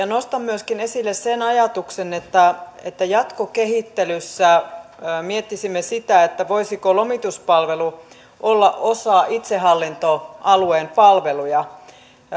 nostan myöskin esille sen ajatuksen että että jatkokehittelyssä miettisimme sitä voisiko lomituspalvelu olla osa itsehallintoalueen palveluja